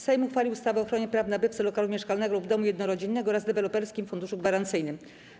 Sejm uchwalił ustawę o ochronie praw nabywcy lokalu mieszkalnego lub domu jednorodzinnego oraz Deweloperskim Funduszu Gwarancyjnym.